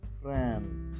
friends